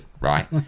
right